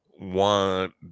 want